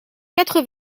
quatre